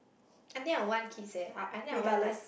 I think I want kids eh I I think I want like